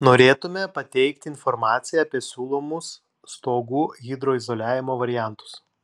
norėtumėme pateikti informaciją apie siūlomus stogų hidroizoliavimo variantus